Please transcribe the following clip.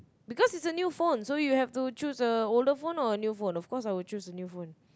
because it's a new phone so you have to choose a older phone or a new phone of course I would choose the new phone